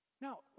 Now